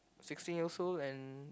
sixteen years old and